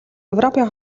европын